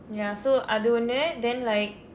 ya so அது ஒன்னு:athu onnu then like